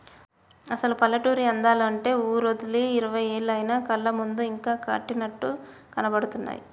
అసలు పల్లెటూరి అందాలు అంటే ఊరోదిలి ఇరవై ఏళ్లయినా కళ్ళ ముందు ఇంకా కట్టినట్లు కనబడుతున్నాయి